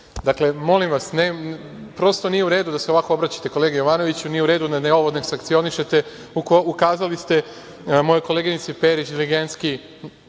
Dakle, molim vas, prosto nije u redu da se ovako obraćate kolegi Jovanoviću, nije u redu da ovo sankcionišete, ukazali ste mojoj koleginici Perić Diligenski,